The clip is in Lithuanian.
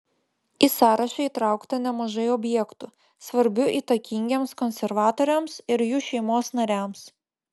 į sąrašą įtraukta nemažai objektų svarbių įtakingiems konservatoriams ir jų šeimos nariams